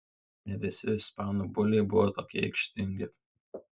ne visi ispanų buliai buvo tokie aikštingi